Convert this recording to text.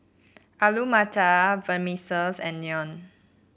Alu Matar and Naan